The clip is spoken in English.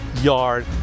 yard